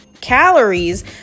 calories